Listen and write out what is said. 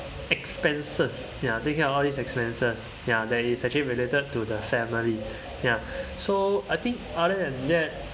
expenses ya take care of all these expenses ya that is actually related to the family ya so I think other than that